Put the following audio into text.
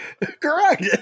Correct